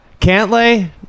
Cantlay